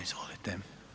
Izvolite.